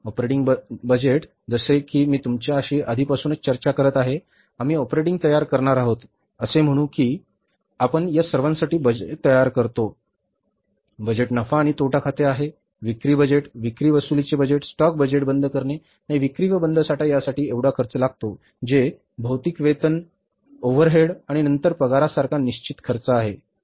operating budget जसे की मी तुमच्याशी आधीपासूनच चर्चा करीत आहे आम्ही ऑपरेटिंग तयार करणार आहोत असे म्हणू की आपण या सर्वासाठी बजेट तयार करतो बजेट नफा आणि तोटा खाते आहे विक्री बजेट विक्री वसुलीचे बजेट स्टॉक बजेट बंद करणे आणि विक्री व बंद साठा यासाठी हा एवढा खर्च लागतो जे भौतिक वेतन ओव्हरहेड आणि नंतर पगारासारखा निश्चित खर्च आहे